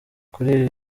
kuri